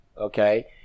Okay